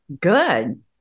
Good